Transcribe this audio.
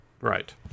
Right